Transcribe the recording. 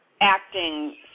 acting